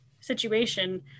situation